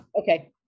Okay